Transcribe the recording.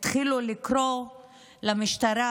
התחילו לקרוא למשטרה: